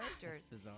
characters